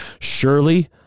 Surely